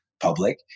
public